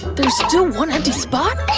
there's still one empty spot!